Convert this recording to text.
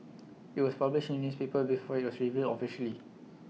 IT was published in newspaper before IT was revealed officially